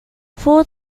four